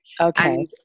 Okay